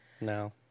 No